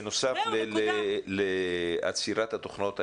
בנוסף לעצירת התוכנות האלה,